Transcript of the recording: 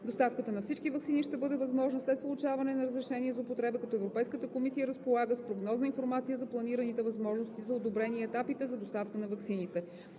Доставката на всички ваксини ще бъде възможна след получаване на разрешение за употреба, като Европейската комисия разполага с прогнозна информация за планираните възможности за одобрение и етапите за доставка на ваксините.